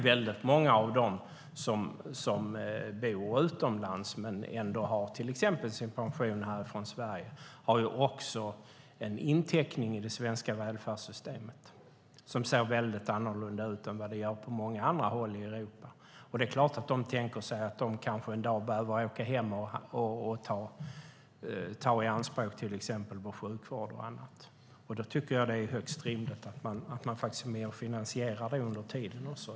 Väldigt många av dem som bor utomlands men ändå har till exempel sin pension här från Sverige har också en inteckning i det svenska välfärdssystemet som ser väldigt annorlunda ut än vad det gör på många andra håll i Europa. Det är klart att de tänker sig att de kanske en dag behöver åka hem och ta i anspråk till exempel vår sjukvård och annat. Då tycker jag att det är högst rimligt att de är med och finansierar det under tiden.